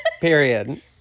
Period